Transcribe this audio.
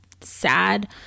sad